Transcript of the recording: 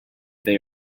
they